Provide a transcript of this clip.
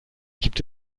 gibt